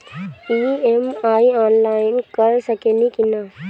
EMI online कर सकेनी की ना?